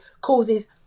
causes